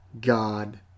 God